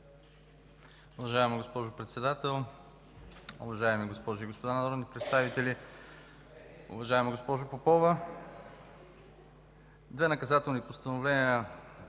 от наказателните постановления